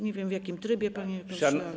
Nie wiem, w jakim trybie, panie pośle.